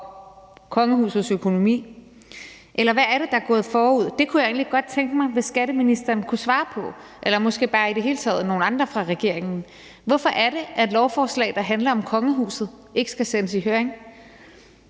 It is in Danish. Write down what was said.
kongehusets økonomi? Eller hvad er det, der er gået forud? Jeg kunne egentlig godt tænke mig, at skatteministeren eller i det hele taget måske bare nogle andre fra regeringen kunne svare på. Hvorfor er det, at lovforslag, der handler om kongehuset, ikke skal sendes i høring?